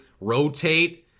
rotate